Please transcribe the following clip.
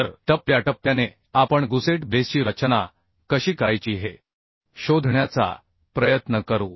तर टप्प्याटप्प्याने आपण गुसेट बेसची रचना कशी करायची हे शोधण्याचा प्रयत्न करू